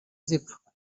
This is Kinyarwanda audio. zipfa